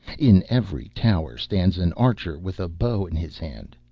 in every tower stands an archer with a bow in his hand.